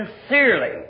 sincerely